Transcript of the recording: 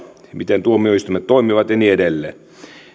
miten tuomioistuimet toimivat ja niin edelleen